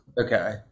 okay